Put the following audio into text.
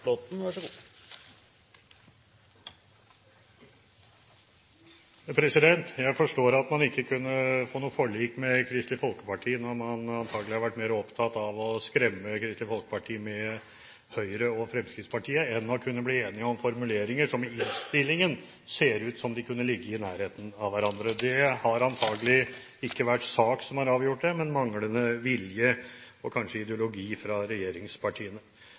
Jeg forstår at man ikke kunne få forlik med Kristelig Folkeparti når man antakelig har vært mer opptatt av å skremme Kristelig Folkeparti med Høyre og Fremskrittspartiet enn å bli enig om formuleringer som i innstillingen ser ut som om de kunne ligget i nærheten av hverandre. Det har antakelig ikke vært sak som har avgjort det, men manglende vilje, og kanskje ideologi, fra regjeringspartiene.